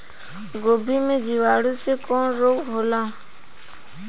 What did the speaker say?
गोभी में जीवाणु से कवन रोग होला?